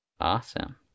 Awesome